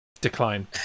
Decline